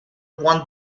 one